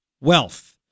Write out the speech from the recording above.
wealth